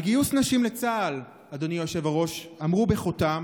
על גיוס נשים בצה"ל אמרו בחותם: